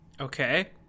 Okay